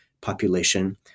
population